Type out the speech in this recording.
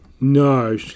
No